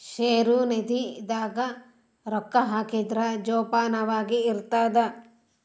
ಷೇರು ನಿಧಿ ದಾಗ ರೊಕ್ಕ ಹಾಕಿದ್ರ ಜೋಪಾನವಾಗಿ ಇರ್ತದ